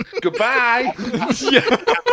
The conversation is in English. Goodbye